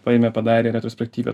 paėmė padarė retrospektyvią